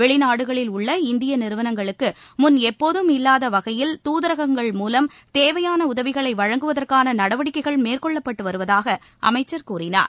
வெளிநாடுகளில் உள்ள இந்திய நிறுவனங்களுக்கு முன் எப்போதும் இல்லாத வகையில் துதரங்கள் மூலம் தேவையான உதவிகளை வழங்குவதற்கான நடவடிக்கைகள் மேற்கொள்ளப்பட்டு வருவதாக அமைச்சர் கூறினார்